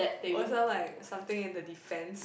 or sound like something in the defence